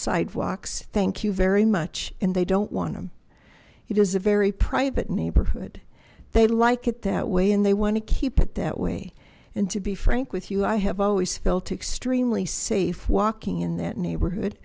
sidewalks thank you very much and they don't want him he was a very private neighborhood they like it that way and they want to keep it that way and to be frank with you i have always felt extremely safe walking in that neighborhood